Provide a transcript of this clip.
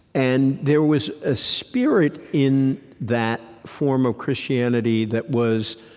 and there was a spirit in that form of christianity that was,